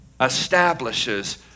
establishes